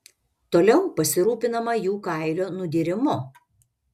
toliau pasirūpinama jų kailio nudyrimu